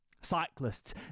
Cyclists